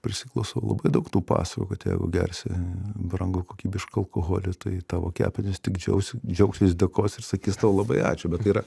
prisiklausau labai daug tų pasakų kad jeigu gersi brangų kokybišką alkoholį tai tavo kepenys tik džiausis džiaugsis dėkos ir sakys tau labai ačiū bet tai yra